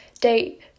date